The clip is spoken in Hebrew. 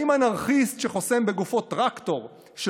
האם אנרכיסט שחוסם בגופו טרקטור של